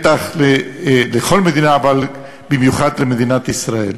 בטח לכל מדינה, אבל במיוחד למדינת ישראל.